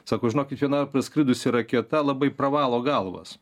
sako žinokit viena praskridusi raketa labai pravalo galvas